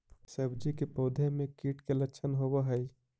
सब्जी के पौधो मे कीट के लच्छन होबहय?